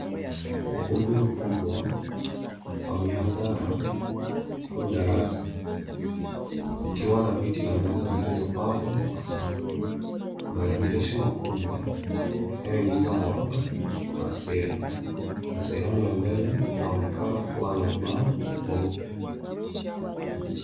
Ukumbi mkubwa wa mihadhara au darasa. Ikiwa na viti na meza zilizopangwa kwa safi. Kuna madirisha makubwa yanayoingiza mwangaza wa asili. Na sehemu ya mbele inaonekana kuwa na ubao mweupe.